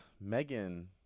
Megan